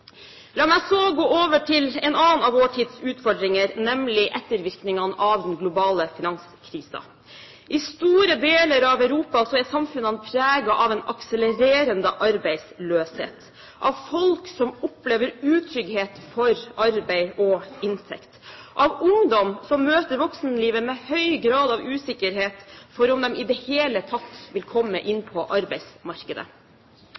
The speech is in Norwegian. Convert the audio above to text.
La meg så gå over til en annen av vår tids utfordringer, nemlig ettervirkningene av den globale finanskrisen. I store deler av Europa er samfunnene preget av en akselererende arbeidsløshet, av folk som opplever utrygghet for arbeid og inntekt, av ungdom som møter voksenlivet med høy grad av usikkerhet for om de i det hele tatt vil komme